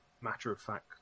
matter-of-fact